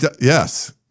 Yes